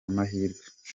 amahirwe